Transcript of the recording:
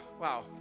Wow